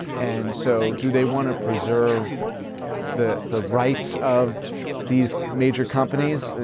and so do they want to preserve the the rights of these major companies?